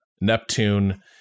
Neptune